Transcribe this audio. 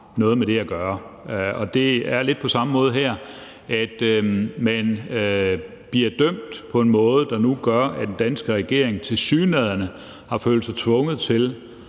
noget med det at gøre. Det er lidt på samme måde her: at man bliver dømt på en måde, der nu gør, at den danske regering tilsyneladende har følt sig tvunget til